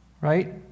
right